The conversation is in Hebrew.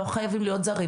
לא חייבים להיות זרים,